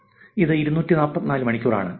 ഇത് 244 മണിക്കൂറാണ്